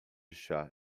chá